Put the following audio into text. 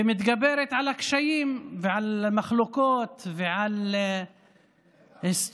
ומתגברת על הקשיים ועל המחלוקות, ועל ההיסטוריה.